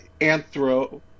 anthro